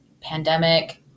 pandemic